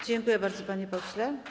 Dziękuję bardzo, panie pośle.